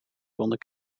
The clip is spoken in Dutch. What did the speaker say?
konden